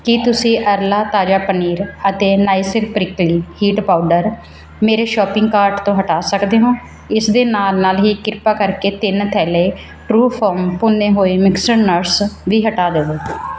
ਕਿ ਤੁਸੀਂ ਅਰਲਾ ਤਾਜ਼ਾ ਪਨੀਰ ਅਤੇ ਨਾਈਸਿਲ ਪ੍ਰਿਕਲੀ ਹੀਟ ਪਾਊਡਰ ਮੇਰੇ ਸ਼ੋਪਿੰਗ ਕਾਰਟ ਤੋਂ ਹਟਾ ਸੱਕਦੇ ਹੋ ਇਸ ਦੇ ਨਾਲ ਨਾਲ ਹੀ ਕ੍ਰਿਪਾ ਕਰਕੇ ਤਿੰਨ ਥੈਲੇ ਟਰਉਫਾਰਮ ਭੁੰਨੇ ਹੋਏ ਮਿਕਸਡ ਨਟਸ ਵੀ ਹਟਾ ਦਵੋ